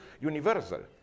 universal